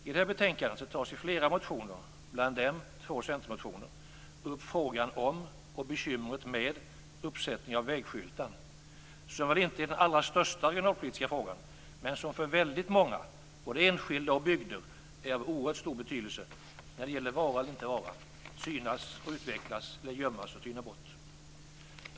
I detta betänkande tas i flera motioner, bland dem två centermotioner, upp frågan om och bekymret med uppsättning av vägskyltar som väl inte är den allra största regionalpolitiska frågan, men som för väldigt många, både enskilda och bygder, är av oerhört stor betydelse när det gäller vara eller inte vara, synas och utvecklas eller gömmas och tyna bort.